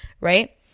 Right